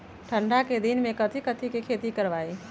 ठंडा के दिन में कथी कथी की खेती करवाई?